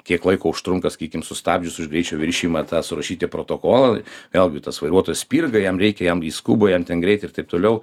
kiek laiko užtrunka sakykim sustabdžius už greičio viršijimą tą surašyti protokol vėlgi tas vairuotojas spirga jam reikia jam jis skuba jam ten greit ir taip toliau